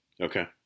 Okay